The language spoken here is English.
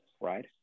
right